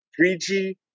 3G